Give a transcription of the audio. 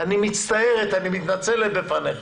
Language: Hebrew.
אני מצטערת, אני מתנצלת בפניך.